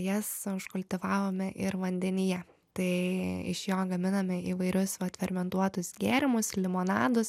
jas užkultivavome ir vandenyje tai iš jo gaminame įvairius vat fermentuotus gėrimus limonadus